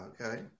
Okay